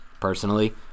personally